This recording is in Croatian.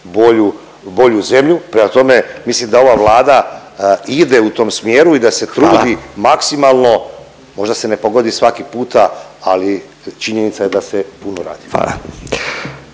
bolju zemlju. Prema tome mislim da ova Vlada ide u tom smjeru i da se trudi …/Upadica Radin: Hvala./… maksimalno. Možda se ne pogodi svaki puta ali činjenica je da se puno radi.